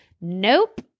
Nope